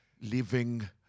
living